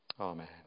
Amen